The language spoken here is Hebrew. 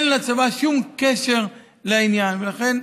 אין לצבא שום קשר לעניין, ולכן